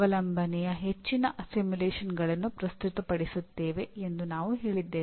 6 ಅನ್ನು ಹೊಂದಿದೆ